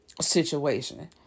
situation